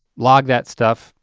log that stuff,